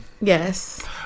Yes